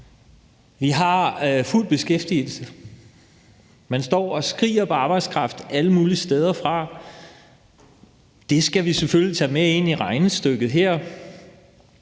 Vi har fuld beskæftigelse. Man står og skriger på arbejdskraft alle mulige steder fra. Det skal vi selvfølgelig tage med ind i regnestykket her.